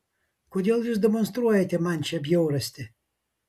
kodėl jūs demonstruojate man šią bjaurastį